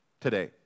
today